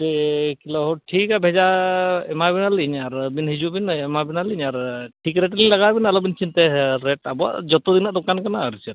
ᱯᱮ ᱠᱤᱞᱳ ᱴᱷᱤᱠ ᱜᱮᱭᱟ ᱵᱷᱮᱡᱟ ᱮᱢᱟ ᱵᱮᱱᱟ ᱞᱤᱧ ᱟᱨ ᱟᱹᱵᱤᱱ ᱦᱤᱡᱩᱜ ᱵᱤᱱ ᱮᱢᱟ ᱵᱤᱱᱟ ᱞᱤᱧ ᱟᱨ ᱴᱤ ᱜᱨᱮᱰ ᱞᱤᱧ ᱞᱟᱜᱟᱣ ᱵᱮᱱᱟ ᱟᱞᱚᱵᱤᱱ ᱪᱤᱱᱛᱟᱹᱭᱟ ᱨᱮᱹᱴ ᱟᱵᱚᱣᱟᱜ ᱡᱚᱛᱚ ᱫᱤᱱᱟᱹᱜ ᱫᱳᱠᱟᱱ ᱠᱟᱱᱟ ᱟᱨ ᱪᱮᱫ